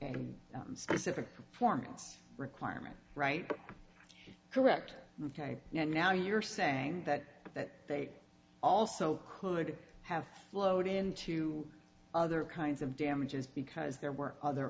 specific performance requirement right correct ok now you're saying that that they also could have flowed into other kinds of damages because there were other